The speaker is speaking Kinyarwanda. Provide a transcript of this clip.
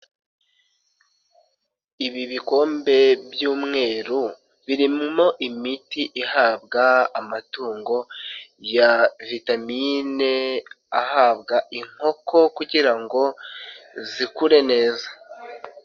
Ibi bikombe by'umweru birimo imiti ihabwa amatungo ya vitamine ahabwa inkoko kugira ngo zikure neza.